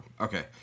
Okay